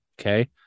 okay